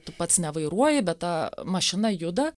tu pats nevairuoji bet ta mašina juda